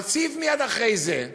אבל סעיף מייד אחרי זה,